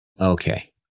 Okay